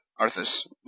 Arthas